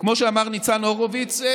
כמו שאמר ניצן הורוביץ',